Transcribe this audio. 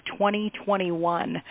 2021